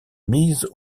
mises